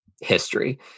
history